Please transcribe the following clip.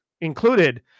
included